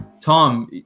Tom